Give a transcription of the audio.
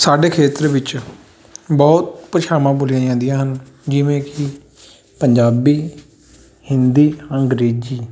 ਸਾਡੇ ਖੇਤਰ ਵਿੱਚ ਬਹੁਤ ਭਾਸ਼ਾਵਾਂ ਬੋਲੀਆਂ ਜਾਂਦੀਆਂ ਹਨ ਜਿਵੇਂ ਕਿ ਪੰਜਾਬੀ ਹਿੰਦੀ ਅੰਗਰੇਜ਼ੀ